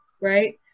right